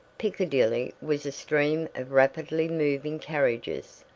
piccadilly was a stream of rapidly moving carriages,